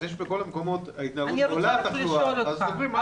אז בכל המקומות עולה התחלואה, אז סוגרים.